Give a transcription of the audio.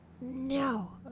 No